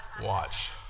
watch